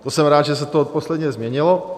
To jsem rád, že se to od posledně změnilo.